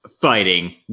fighting